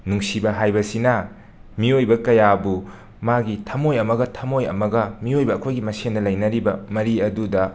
ꯅꯨꯡꯁꯤꯕ ꯍꯥꯏꯕꯁꯤꯅ ꯃꯤꯑꯣꯏꯕ ꯀꯌꯥꯕꯨ ꯃꯥꯒꯤ ꯊꯝꯃꯣꯏ ꯑꯃꯒ ꯊꯝꯃꯣꯏ ꯑꯃꯒ ꯃꯤꯑꯣꯏꯕ ꯑꯩꯈꯣꯏꯒꯤ ꯃꯁꯦꯟꯅ ꯂꯩꯅꯔꯤꯕ ꯃꯔꯤ ꯑꯗꯨꯗ